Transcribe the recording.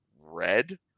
red